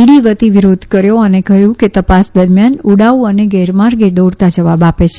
ED વતી વિરોધ કર્યો અને કહ્યું કે તપાસ દરમિથાન ઉડાઉ અને ગેરમાર્ગે દોરતા જવાબ આપે છે